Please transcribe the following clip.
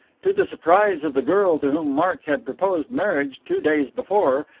to the surprise of the girl to whom mark had proposed marriage two days before,